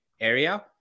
area